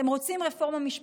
אתם רוצים רפורמה משפטית,